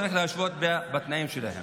צריך להשוות את התנאים שלהם.